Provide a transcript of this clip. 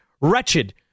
wretched